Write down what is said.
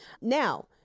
Now